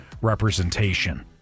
representation